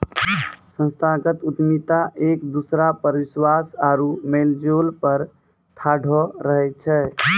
संस्थागत उद्यमिता एक दोसरा पर विश्वास आरु मेलजोल पर ठाढ़ो रहै छै